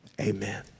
amen